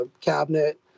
cabinet